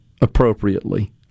appropriately